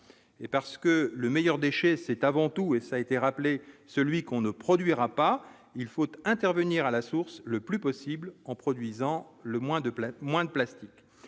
et parce que le meilleur déchet, c'est avant tout et ça a été rappelé, celui qu'on ne produira pas, il faut intervenir à la source, le plus possible en produisant le moins de plaintes